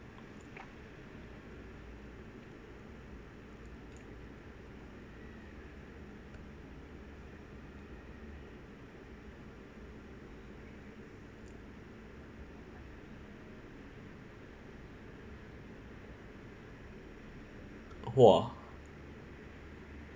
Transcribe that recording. !wah!